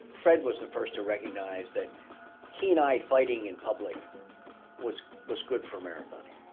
fred was the first to recognize that he and i fighting in public was was good for marathoning.